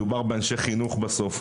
מדובר על אנשי חינוך בסוף,